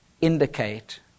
indicate